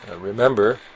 remember